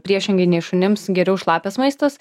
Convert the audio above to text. priešingai nei šunims geriau šlapias maistas